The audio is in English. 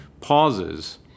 pauses